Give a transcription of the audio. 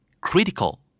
Critical